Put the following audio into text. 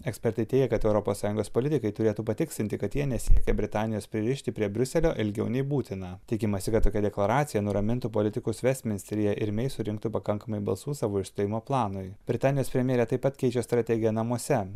ekspertai teigia kad europos sąjungos politikai turėtų patikslinti kad jie nesiekia britanijos pririšti prie briuselio ilgiau nei būtina tikimasi kad tokia deklaracija nuramintų politikus vestminsteryje ir mei surinktų pakankamai balsų savo išstojimo planui britanijos premjerė taip pat keičia strategiją namuose